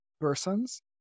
persons